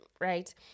right